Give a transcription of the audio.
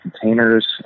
containers